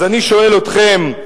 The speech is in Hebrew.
אז אני שואל אתכם,